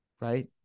right